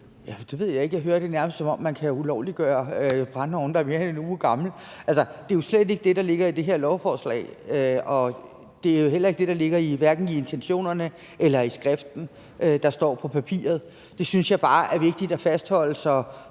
jeg ved ikke, jeg hører det nærmest, som om man kan ulovliggøre brændeovne, der er mere end 1 uge gamle. Altså, det er slet ikke det, der ligger i det her lovforslag, og det er heller ikke det, der ligger i hverken intentionerne eller i skriften, der står på papiret. Det synes jeg bare er vigtigt at fastholde for